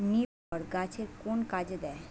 নিপটর গাছের কোন কাজে দেয়?